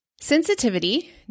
Sensitivity